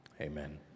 Amen